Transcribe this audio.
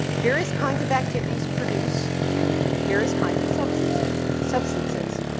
various kinds of activities produce various kinds of substantive, substances.